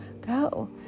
go